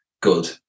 good